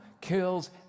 kills